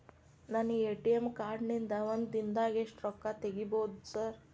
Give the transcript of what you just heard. ನನ್ನ ATM card ನಿಂದಾ ಒಂದ್ ದಿಂದಾಗ ಎಷ್ಟ ರೊಕ್ಕಾ ತೆಗಿಬೋದು ಸಾರ್?